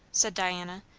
said diana,